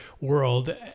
world